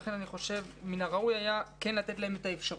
לכן אני כן חושב שמן הראוי היה כן לתת להם את האפשרות.